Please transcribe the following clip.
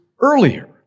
earlier